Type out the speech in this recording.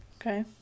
okay